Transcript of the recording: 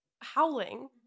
howling